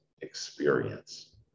experience